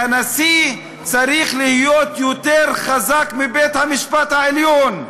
והנשיא צריך להיות יותר חזק מבית-המשפט העליון.